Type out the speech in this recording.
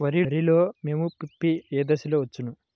వరిలో మోము పిప్పి ఏ దశలో వచ్చును?